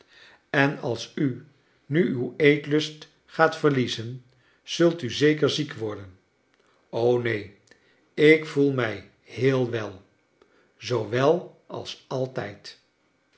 en als u nu uw eetlust gaat verliezen zult u zeker ziek worden o neen ik voel mij heel wel zoo wel als altijd